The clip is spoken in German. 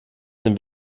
dem